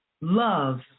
Love